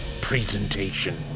Presentation